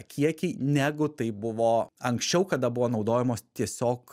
kiekiai negu tai buvo anksčiau kada buvo naudojamos tiesiog